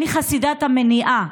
אני חסידת המניעה.